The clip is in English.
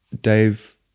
Dave